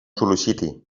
sol·liciti